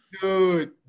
Dude